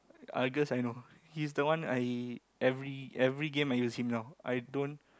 Argus I know his the one I every every game I use him now I don't